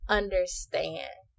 understand